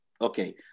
okay